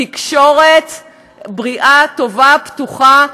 תקשורת בריאה, טובה, פתוחה.